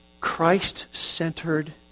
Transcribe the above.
Christ-centered